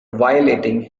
violating